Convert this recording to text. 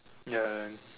ya